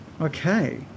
Okay